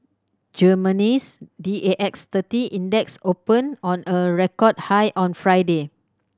Germany's D A X thirty Index opened on a record high on Friday